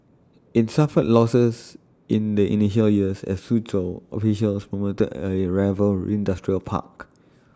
IT suffered losses in the initial years as Suzhou officials promoted A rival industrial park